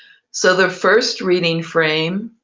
so the first reading frame